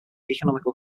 economical